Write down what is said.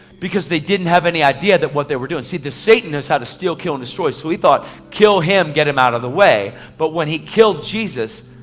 because they didn't have any idea that what they were doing. see the satanists had to steal, kill and destroy, so he thought, kill him, get him out of the way. but when he killed jesus,